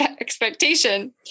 expectation